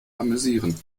amüsieren